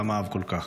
שאותם אהב כל כך.